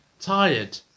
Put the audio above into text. tired